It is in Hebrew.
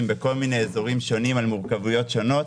בכל מיני אזורים שונים עם מורכבויות שונות.